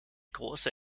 große